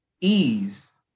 ease